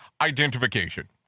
identification